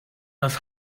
das